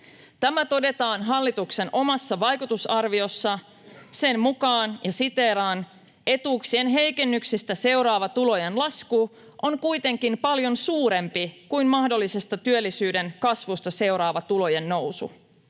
Tämä todetaan hallituksen omassa vaikutusarviossa. Sen mukaan ”etuuksien heikennyksistä seuraava tulojen lasku on kuitenkin paljon suurempi kuin mahdollisesta työllisyyden kasvusta seuraava tulojen nousu”.